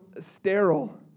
sterile